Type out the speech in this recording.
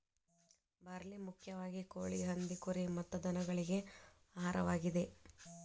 barley ಮುಖ್ಯವಾಗಿ ಕೋಳಿ, ಹಂದಿ, ಕುರಿ ಮತ್ತ ದನಗಳಿಗೆ ಆಹಾರವಾಗಿದೆ